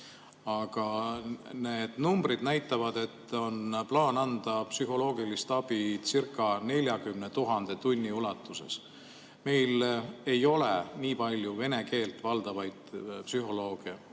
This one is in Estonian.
Aga need numbrid näitavad, et on plaan anda psühholoogilist abicirca40 000 tunni ulatuses. Meil ei ole nii palju vene keelt valdavaid psühholooge,